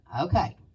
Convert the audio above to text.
Okay